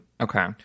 Okay